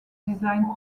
design